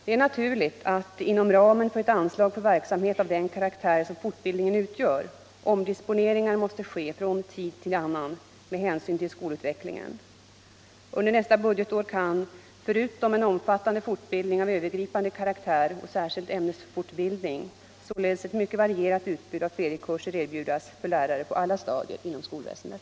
Det är naturligt att inom ramen för ett anslag för verksamhet av den karaktär som fortbildningen utgör omdisponeringar måste ske från tid till annan med hänsyn till skolutvecklingen. Under nästa budgetår kan, förutom en omfattande fortbild 23 lärare ning av övergripande karaktär och särskild ämnesfortbildning, således ett mycket varierat utbud av ferickurser erbjudas för lärare på alla stadier inom skolväsendet.